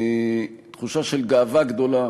תחושה של גאווה גדולה